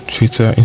Twitter